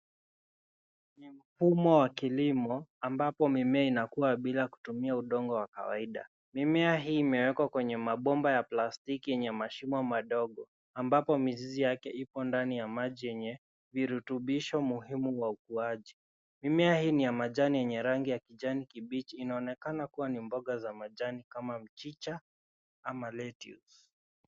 Ni mfumo wa kilimo ambapo mimea inakua bila kutumia udongo wa kawaida. Mimea hii imewekwa kwenye mabomba ya plastiki yenye mashimo madogo, ambapo mizizi yake ipo ndani ya maji yenye virutubisho muhimu wa ukuaji. Mimea hii ni ya majani yenye rangi ya kijani kibichi inaonekana kuwa ni mboga za majani kama mchicha ama lettuce .